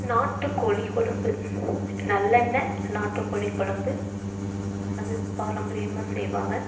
நாட்டுக்கோழி கொழம்பு நல்லெண்ணை நாட்டுக்கோழி கொழம்பு அது பாரம்பரியமாக செய்வாங்க